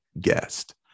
guest